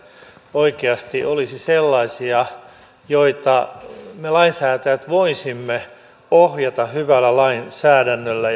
oikeasti olisivat sellaisia joita me lainsäätäjät voisimme ohjata hyvällä lainsäädännöllä